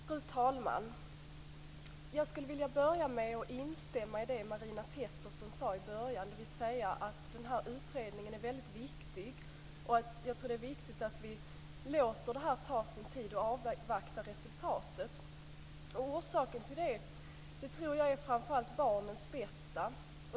Fru talman! Jag vill börja med att instämma i det som Marina Pettersson sade i början, dvs. att denna utredning är väldigt viktig. Det är viktigt att vi låter den ta sin tid och avvaktar resultatet. Orsaken till detta är framför allt barnens bästa.